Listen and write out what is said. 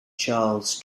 charles